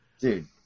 Dude